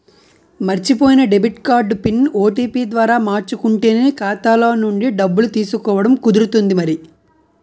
మర్చిపోయిన debit card PIN, OTP ద్వారా మార్చుకుంటేనే ఖాతాలో నుండి డబ్బులు తీసుకోవడం కుదురుతుంది మరి